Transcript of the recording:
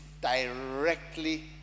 directly